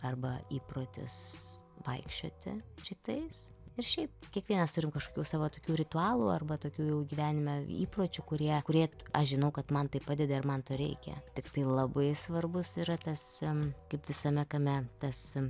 arba įprotis vaikščioti rytais ir šiaip kiekvienas turim kažkokių savo tokių ritualų arba tokių jau gyvenime įpročių kurie kurie aš žinau kad man tai padeda ir man to reikia tiktai labai svarbus yra tas em kaip visame kame tas